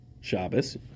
Shabbos